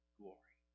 glory